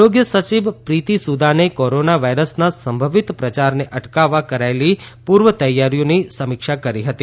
આરોગ્ય સચિવ પ્રીતિ સુદાને કોરોના વાઈરસના સંભવિત પ્રચારને અટકાવવા કરાયેલી પૂર્વ તૈયારીની સમીક્ષા કરી છે